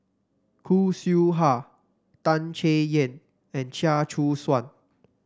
Khoo Seow Hwa Tan Chay Yan and Chia Choo Suan